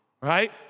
right